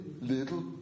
little